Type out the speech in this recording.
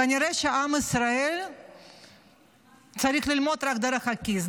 כנראה שעם ישראל צריך ללמוד רק דרך הכיס.